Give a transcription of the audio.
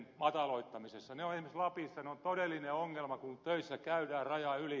ne ovat esimerkiksi lapissa todellinen ongelma kun töissä käydään rajan yli